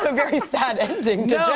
so very sad ending to